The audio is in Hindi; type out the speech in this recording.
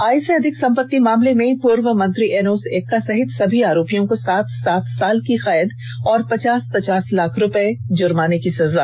आय से अधिक संपत्ति मामले में पूर्व मंत्री एनोस एक्का सहित सभी आरोपियों को सात सात साल की कैद और पचास पचास लाख रूपये जुर्माने की सजा